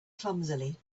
clumsily